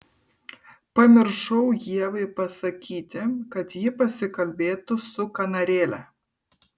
pamiršau ievai pasakyti kad ji pasikalbėtų su kanarėle